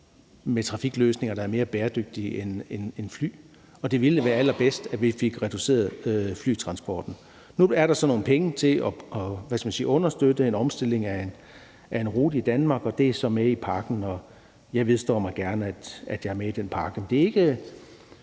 af trafikløsninger, der er mere bæredygtige end fly, og det ville være allerbedst, at vi fik reduceret flytransporten. Nu er der så nogle penge til at understøtte en omstilling af en rute i Danmark, og det er så med i pakken. Jeg vedstår gerne, at jeg er med i den pakke.